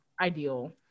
ideal